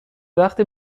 وقتی